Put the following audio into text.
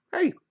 hey